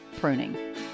pruning